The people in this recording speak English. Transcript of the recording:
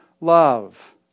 love